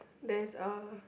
there is a